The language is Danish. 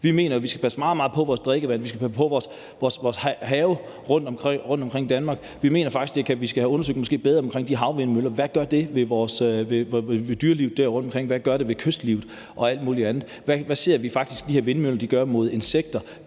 Vi mener, at vi skal passe meget på vores drikkevand, og at vi skal passe på havene omkring Danmark. Vi mener faktisk, at det skal undersøges grundigere, hvad havvindmøllerne gør ved dyrelivet rundtomkring, hvad det gør ved kystlivet og alt muligt andet, og hvad de her vindmøller gør ved insekter,